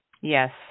Yes